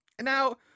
now